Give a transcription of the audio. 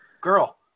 girl